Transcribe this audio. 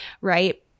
right